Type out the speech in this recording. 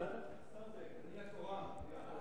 אני התורן.